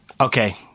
Okay